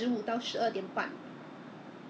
很贵 ah 好几块钱 small little block ah then